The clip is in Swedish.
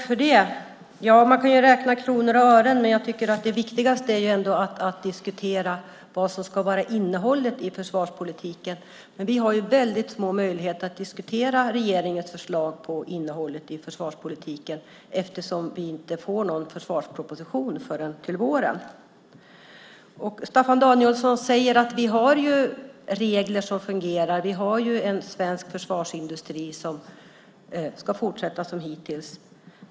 Fru talman! Man kan ju räkna kronor och ören, men jag tycker att det viktigaste ändå är att diskutera vad som ska vara innehållet i försvarspolitiken. Men vi har väldigt små möjligheter att diskutera regeringens förslag vad gäller innehållet i försvarspolitiken, eftersom vi inte får någon försvarsproposition förrän till våren. Staffan Danielsson säger: Vi har ju regler som fungerar. Vi har en svensk försvarsindustri som ska fortsätta som hittills.